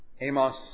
Amos